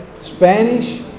Spanish